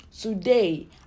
Today